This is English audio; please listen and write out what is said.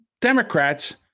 Democrats